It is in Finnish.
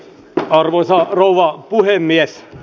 arvoisa rouva puhemies